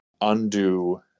undo